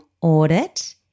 audit